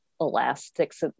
elastics